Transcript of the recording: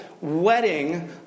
wedding